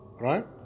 right